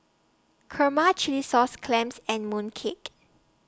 Kurma Chilli Sauce Clams and Mooncake